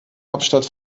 hauptstadt